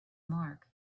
mark